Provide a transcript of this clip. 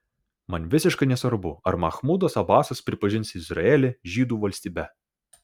man visiškai nesvarbu ar machmudas abasas pripažins izraelį žydų valstybe